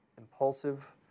impulsive